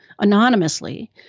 anonymously